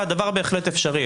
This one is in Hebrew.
והדבר בהחלט אפשרי.